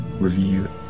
review